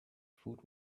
food